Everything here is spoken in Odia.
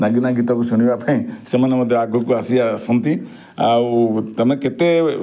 ନାଗିନା ଗୀତକୁ ଶୁଣିବା ପାଇଁ ସେମାନେ ମଧ୍ୟ ଆଗକୁ ଆସି ଆସନ୍ତି ଆଉ ତମେ କେତେ